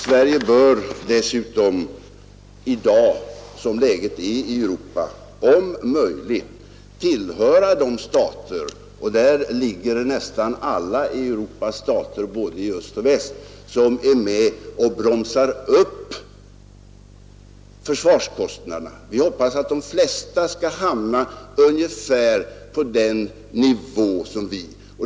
Sverige bör dessutom i dag, som läget är i Europa, om möjligt vara ett av de länder — till dessa hör nästan alla Europas stater både i öst och i väst — som bromsar upp försvarskostnaderna. Vi hoppas att de flesta skall hamna ungefär på samma nivå som vi.